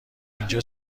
اینجا